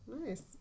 nice